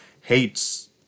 hates